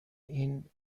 این